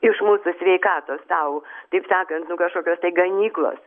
iš mūsų sveikatos tau taip sakant nu kažkokios tai ganyklos